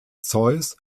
zeus